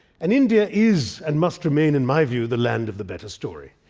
and india is, and must remain, in my view, the land of the better story.